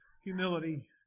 humility